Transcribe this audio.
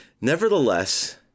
Nevertheless